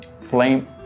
flame